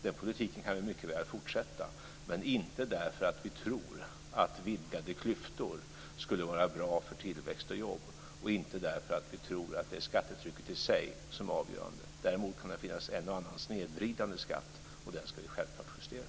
Den politiken kan mycket väl fortsätta men inte därför att vi tror att vidgade klyftor skulle vara bra för tillväxt och jobb och inte därför att vi tror att det är skattetrycket i sig som är avgörande. Däremot kan det finnas en och annan snedvridande skatt, och dem ska vi självklart justera.